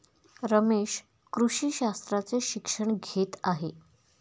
रमेश कृषी शास्त्राचे शिक्षण घेत आहे